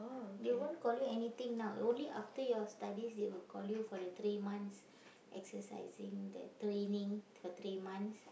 they won't call you anything now only after your studies they will call you for the three months exercising the training for three months